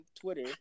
Twitter